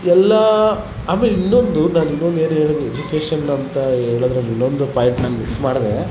ಎಲ್ಲ ಆಮೇಲೆ ಇನ್ನೊಂದು ನಾನು ಇನ್ನೊಂದೇನು ಹೇಳ್ದೆ ಎಜುಕೇಷನ್ ಅಂತ ಹೇಳೋದ್ರಲ್ ಇನ್ನೊಂದು ಪಾಯಿಂಟ್ನ ಮಿಸ್ ಮಾಡಿದೆ